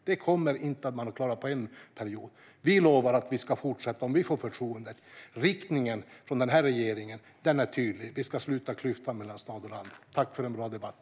Det kommer man inte att klara på en period. Vi lovar att vi ska fortsätta om vi får förtroendet. Riktningen från denna regering är tydlig: Vi ska sluta klyftan mellan stad och land. Jag tackar för en bra debatt.